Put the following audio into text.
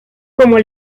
como